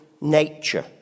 nature